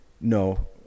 No